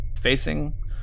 facing